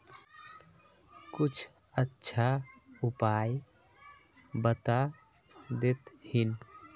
कुछ अच्छा उपाय बता देतहिन?